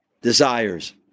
desires